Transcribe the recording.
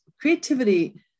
creativity